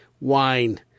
wine